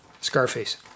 Scarface